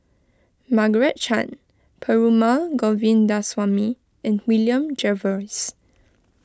Margaret Chan Perumal Govindaswamy and William Jervois